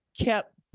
kept